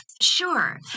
sure